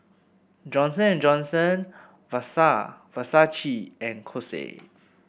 Johnson And Johnson Versace and Kose